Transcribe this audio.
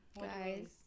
guys